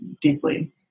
deeply